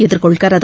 எதிர்கொள்கிறது